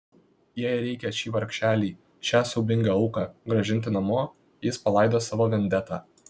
jei reikia šį vargšelį šią siaubingą auką grąžinti namo jis palaidos savo vendetą